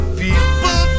people